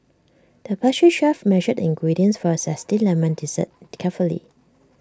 the pastry chef measured the ingredients for A Zesty Lemon Dessert carefully